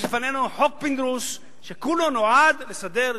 יש לפנינו חוק פינדרוס, שכולו נועד לסדר ג'וב.